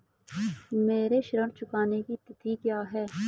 मेरे ऋण चुकाने की तिथि क्या है?